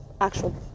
actual